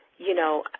you know,